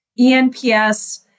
ENPS